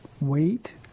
wait